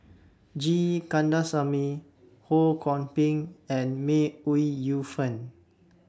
G Kandasamy Ho Kwon Ping and May Ooi Yu Fen